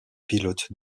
pilote